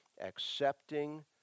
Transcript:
accepting